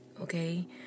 Okay